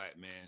man